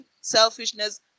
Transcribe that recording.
selfishness